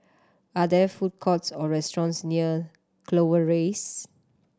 are there food courts or restaurants near Clover Rise